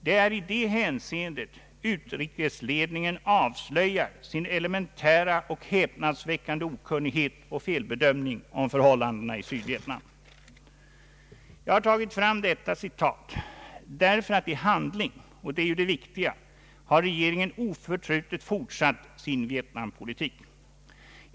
Det är i det hänseendet utrikesledningen avslöjar sin elementära och häpnadsväckande okunnighet om och felbedömning av förhållandena i Sydvietnam. Jag har tagit fram detta citat därför att regeringen i handling — och det är ju det viktigaste — oförtrutet har fortsatt sin Vietnampolitik.